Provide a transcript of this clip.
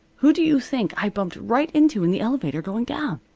who do you think i bumped right into in the elevator going down?